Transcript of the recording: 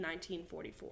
1944